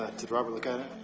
did robert look at it?